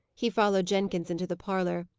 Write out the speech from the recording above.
he followed jenkins into the parlour.